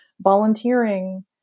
volunteering